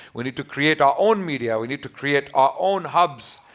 we need to create our own media. we need to create our own hubs.